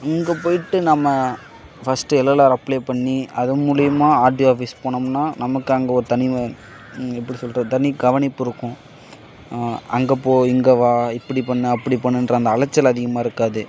அங்கே போய்விட்டு நம்ம ஃபஸ்ட்டு எல்எல்ஆர் அப்ளே பண்ணி அது மூலயமா ஆர்டிஓ ஆஃபீஸ் போனோம்னால் நமக்கு அங்கே ஒரு தனி எப்படி சொல்வது ஒரு தனி கவனிப்பு இருக்கும் அங்கே போ இங்கே வா இப்படி பண்ணு அப்படி பண்ணுன்ற அந்த அலைச்சல் அதிகமாக இருக்காது